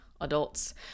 adults